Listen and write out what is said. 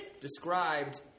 described